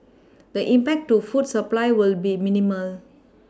the impact to food supply will be minimal